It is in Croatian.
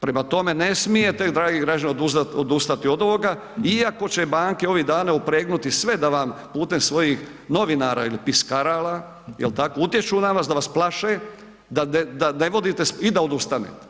Prema tome, ne smijete dragi građani odustati od ovoga iako će banke ovih dana upregnuti sve da vam putem svojih novinara ili piskarala jel tako, utječu na vas, da vas plaše, da ne vodite i da odustanete.